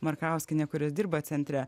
markauskienė kurios dirba centre